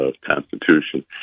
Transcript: constitution